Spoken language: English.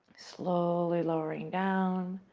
slowly lowering down.